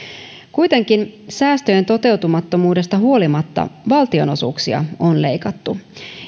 kuitenkin säästöjen toteutumattomuudesta huolimatta valtionosuuksia on leikattu